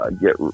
get –